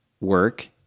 work